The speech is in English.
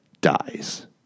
dies